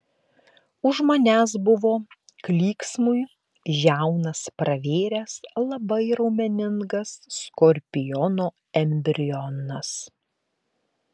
už manęs buvo klyksmui žiaunas pravėręs labai raumeningas skorpiono embrionas